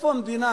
איפה המדינה?